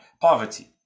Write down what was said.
poverty